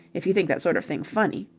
if you think that sort of thing funny.